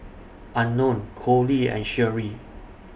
Unknown Coley and Sherie